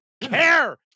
care